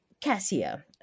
Cassia